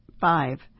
Five